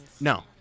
No